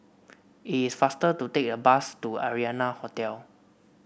it is faster to take the bus to Arianna Hotel